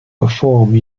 perform